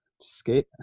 skate